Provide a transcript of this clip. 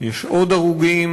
יש עוד הרוגים,